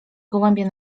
gołębie